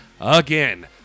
again